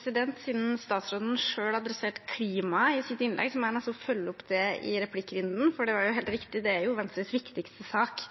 Siden utenriksministeren selv adresserte klimaet i sitt innlegg, må jeg nesten følge opp det i replikkrunden, for det er jo helt riktig at det er Venstres viktigste sak.